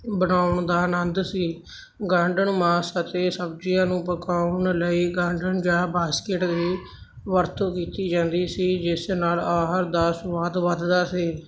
ਬਣਾਉਣ ਦਾ ਅਨੰਦ ਸੀ ਗਾਂਡਣ ਮਾਸ ਅਤੇ ਸਬਜ਼ੀਆਂ ਨੂੰ ਪਕਾਉਣ ਲਈ ਗਾਂਡਣ ਜਾਂ ਬਾਸਕਿਟ ਦੀ ਵਰਤੋਂ ਕੀਤੀ ਜਾਂਦੀ ਸੀ ਜਿਸ ਨਾਲ ਅਹਾਰ ਦਾ ਸੁਆਦ ਵੱਧਦਾ ਸੀ